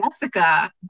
Jessica